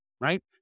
right